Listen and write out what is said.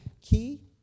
key